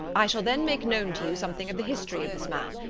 i shall then make known to you something of the history of this man,